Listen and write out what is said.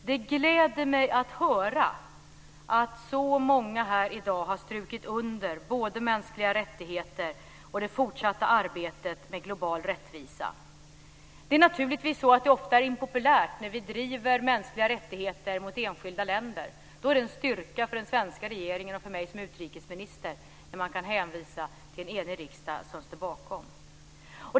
Det gläder mig att höra att så många här i dag har strukit under både mänskliga rättigheter och det fortsatta arbetet med global rättvisa. Det är naturligtvis så att det ofta är impopulärt när vi driver mänskliga rättigheter mot enskilda länder. Då är det en styrka för den svenska regeringen och för mig som utrikesminister att kunna hänvisa till en enig riksdag som står bakom våra ståndpunkter.